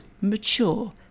mature